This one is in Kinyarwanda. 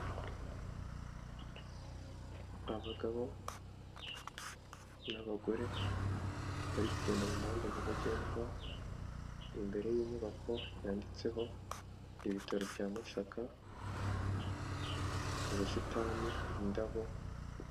Abagabo n'abagore bari kugenda mu muhanda nyabagendwa, imbere y'inyubako yanditseho ibitaro bya Masaka, ubusitani indabo.